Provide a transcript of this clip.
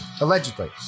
Allegedly